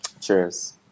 Cheers